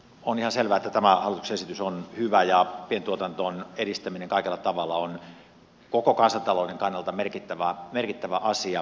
on ihan selvää että tämä hallituksen esitys on hyvä ja pientuotannon edistäminen kaikella tavalla on koko kansantalouden kannalta merkittävä asia